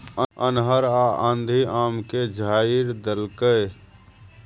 अन्हर आ आंधी आम के झाईर देलकैय?